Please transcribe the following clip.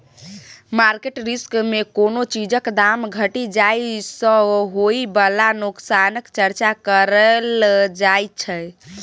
market risk मे कोनो चीजक दाम घटि जाइ सँ होइ बला नोकसानक चर्चा करल जाइ छै